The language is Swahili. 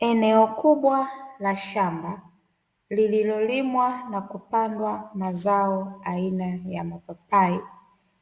Eneo kubwa la shamba lililolimwa na kupandwa mazao aina ya mapapai